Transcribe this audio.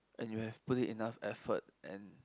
and you have put it enough effort and